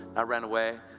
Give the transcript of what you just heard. i ran away,